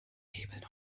hebeln